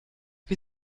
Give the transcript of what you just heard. wir